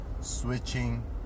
switching